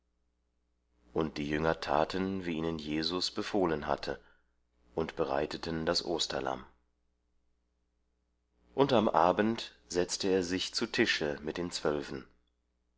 und die jünger taten wie ihnen jesus befohlen hatte und bereiteten das osterlamm und am abend setzte er sich zu tische mit den zwölfen